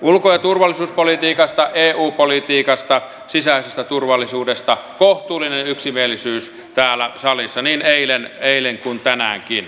ulko ja turvallisuuspolitiikasta eu politiikasta sisäisestä turvallisuudesta oli kohtuullinen yksimielisyys täällä salissa niin eilen kuin tänäänkin